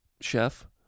chef